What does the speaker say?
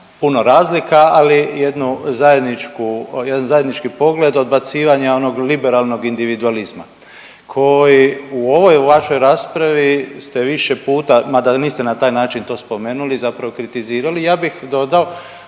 jednu zajedničku, jedan zajednički pogled odbacivanja onog liberalnog individualizma koji u ovoj vašoj raspravi ste više puta, mada niste na taj način to spomenuli, zapravo kritizirali, ja bih dodao